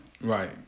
Right